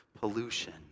pollution